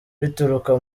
bituruka